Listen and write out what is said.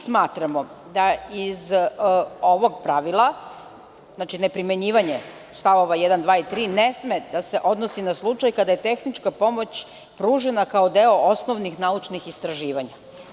Smatramo da iz ovog pravila, znači neprimenjivanje stavova 1, 2. i 3, ne sme da se odnosi na slučaj kada je tehnička pomoć pružena kao deo osnovnih naučnih istraživanja.